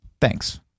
Thanks